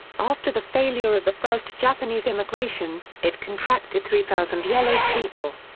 after the failure of the first japanese immigration, it contracted three thousand yellow people.